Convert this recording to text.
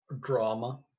drama